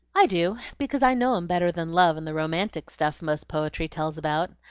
i do, because i know em better than love and the romantic stuff most poetry tells about.